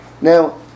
Now